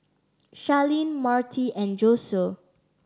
Sharlene Marti and Josue